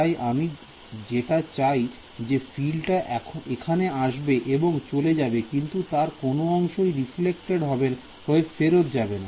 তাই আমি যেটা চাই যে ফিল্ডটা এখানে আসবে এবং চলে যাবে কিন্তু তার কোন অংশই রিফ্লেক্টেদ হয়ে ফেরত যাবে না